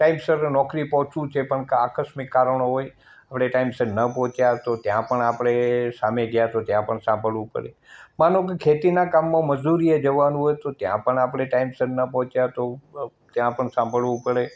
ટાઇમસર નોકરી પહોંચવું છે પણ કા આકસ્મિક કારણો હોય વળી ટાઇમસર ન પહોંચ્યા તો ત્યાં પણ આપણે સામે ગયા તો ત્યાં પણ સાંભળવું પડે માનો ક ખેતીનાં કામમાં મજૂરીએ જવાનું હોય તો ત્યાં પણ આપણે ટાઇમસર ના પહોંચ્યા તો અ ત્યાં પણ સાંભળવું પડે